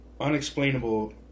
unexplainable